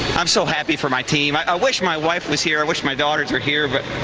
i'm so happy for my team, i i wish my wife was here which my daughters are here but.